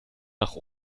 nach